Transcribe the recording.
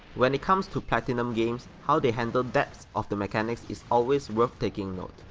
when it comes to platinumgames, how they handle depths of the mechanics is always worth taking note.